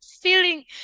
feeling